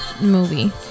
movie